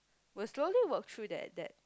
we will slowly work through that that